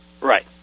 Right